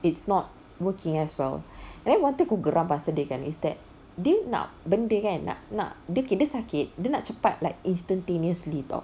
it's not working as well and then one thing aku geram pasal dia kan is that dia nak benda kan nak nak dia sakit dia nak cepat like instantaneously [tau]